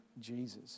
Jesus